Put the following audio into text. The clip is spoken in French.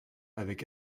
avec